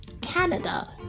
canada